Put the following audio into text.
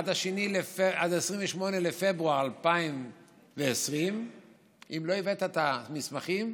עד 28 בפברואר 2020 אם לא הבאת את המסמכים,